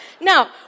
Now